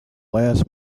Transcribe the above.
last